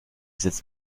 sitzt